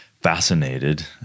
fascinated